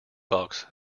box